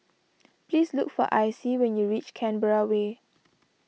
please look for Icie when you reach Canberra Way